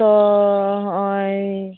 ᱛᱚ ᱦᱚᱜᱼᱚᱭ